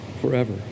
forever